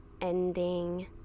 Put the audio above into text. ending